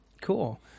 Cool